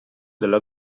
della